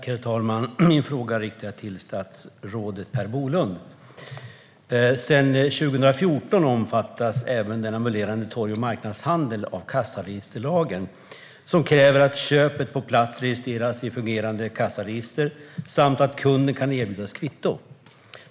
Herr talman! Min fråga är riktad till statsrådet Per Bolund. Sedan 2014 omfattas även den ambulerande torg och marknadshandeln av kassaregisterlagen, som kräver att köpet registreras på plats i fungerande kassaregister samt att kunden kan erbjudas kvitto.